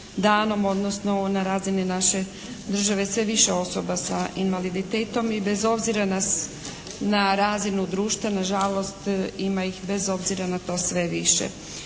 danom odnosno na razini naše države sve više osoba sa invaliditetom. I bez obzira na razinu društva nažalost ima ih bez obzira na to sve više.